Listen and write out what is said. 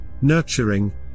nurturing